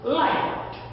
light